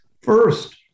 first